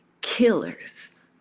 killers